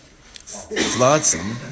flotsam